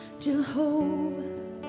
Jehovah